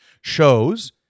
shows